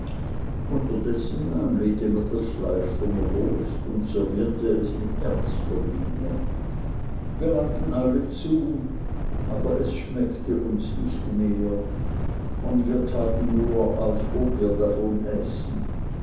unterdessen nahm littimer das fleisch vom rost und servierte es mit ernster miene wir langten alle zu aber es schmeckte uns nicht mehr und wir taten nur als ob wir davon äßen